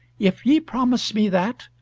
if ye promise me that,